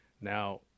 Now